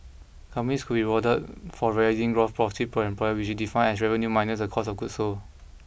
companies could be rewarded for gross profit per employee which is defined as revenue minus a cost of goods sold